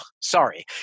sorry